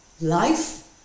life